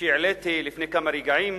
שהעליתי לפני כמה רגעים,